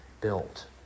built